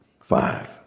Five